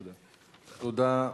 תודה.